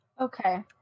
Okay